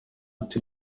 ati